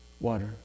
water